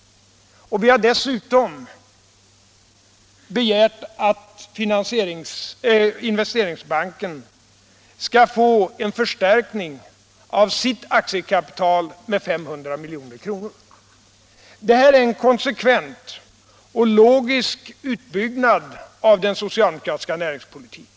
Vi har dessutom begärt att Investeringsbanken skall få en förstärkning av sitt aktiekapital med 500 milj.kr. Våra förslag innebär en konsekvent och logisk utbyggnad av den socialdemokratiska näringspolitiken.